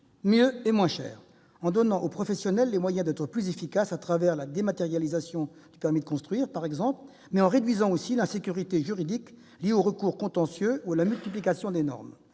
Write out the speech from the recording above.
mieux et moins cher, en donnant aux professionnels les moyens d'être plus efficaces, par exemple à travers la dématérialisation du permis de construire, mais aussi en réduisant l'insécurité juridique liée aux recours contentieux ou à la multiplication des normes.